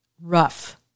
Rough